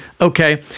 okay